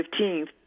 15th